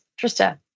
Trista